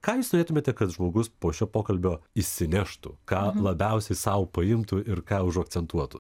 ką jūs norėtumėte kad žmogus po šio pokalbio išsineštų ką labiausiai sau paimtų ir ką užakcentuotų